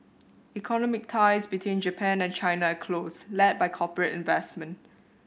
economic ties between Japan and China are close led by corporate investment